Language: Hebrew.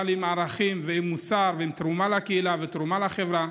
אבל עם ערכים ועם מוסר ועם תרומה לקהילה ותרומה לחברה.